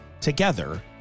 Together